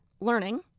learning